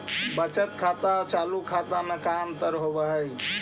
बचत खाता और चालु खाता में का अंतर होव हइ?